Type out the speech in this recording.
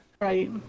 Right